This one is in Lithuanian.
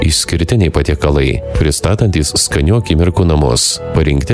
išskirtiniai patiekalai pristatantys skanių akimirkų namus parinkti